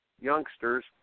youngsters